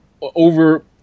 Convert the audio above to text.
over